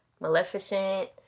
Maleficent